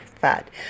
fat